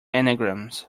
anagrams